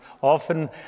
often